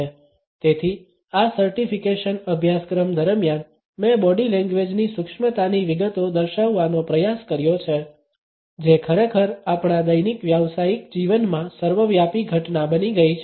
તેથી આ સર્ટિફિકેશન અભ્યાસક્રમ દરમિયાન મેં બોડી લેંગ્વેજની સૂક્ષ્મતાની વિગતો દર્શાવવાનો પ્રયાસ કર્યો છે જે ખરેખર આપણા દૈનિક વ્યાવસાયિક જીવનમાં સર્વવ્યાપી ઘટના બની ગઈ છે